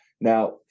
Now